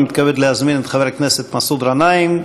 אני מתכבד להזמין את חבר הכנסת מסעוד גנאים,